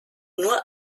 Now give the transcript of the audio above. nur